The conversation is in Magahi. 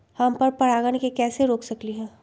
हम पर परागण के कैसे रोक सकली ह?